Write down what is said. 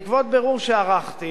בעקבות בירור שערכתי,